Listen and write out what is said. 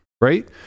right